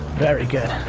very good.